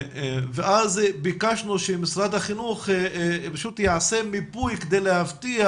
ואז ביקשנו שמשרד החינוך פשוט יעשה מיפוי כדי להבטיח